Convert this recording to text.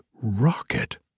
rocket